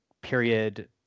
period